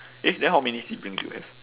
eh then how many siblings you have